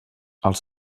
els